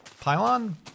pylon